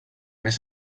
més